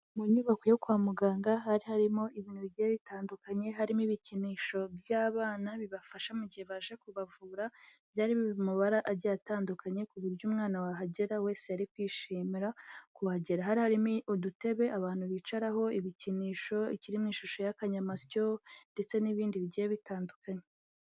Mu nyubako yo kwa muganga hari harimo ibintu bigiye bitandukanye, harimo ibikinisho by'abana bibafasha mu gihe baje kubavura, byari biri mu mabara agiye atandukanye ku buryo umwana wahagera wese yari kwishimira kuhagera, hari harimo udutebe abantu bicaraho, ibikinisho, ikiri mu ishusho y'akanyamasyo ndetse n'ibindi bigiye bitandukanye.